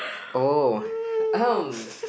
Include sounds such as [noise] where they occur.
oh [noise]